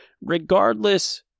Regardless